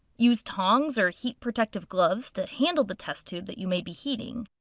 use tongs or heat protective gloves to handle the test tube that you may be heating.